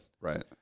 Right